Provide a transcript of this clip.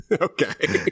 Okay